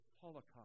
holocaust